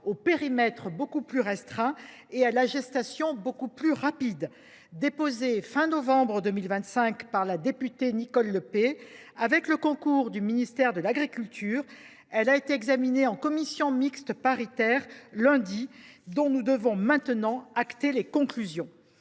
le périmètre est beaucoup plus restreint et dont la gestation a été beaucoup plus rapide. Déposée fin novembre 2025 par la députée Nicole Le Peih, avec le concours du ministère de l’agriculture, elle a été examinée en commission mixte paritaire ce lundi ; nous devons maintenant en voter les conclusions.